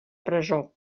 presó